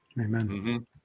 Amen